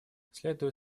следует